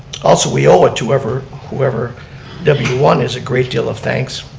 also we owe it to whoever whoever w one is a great deal of thanks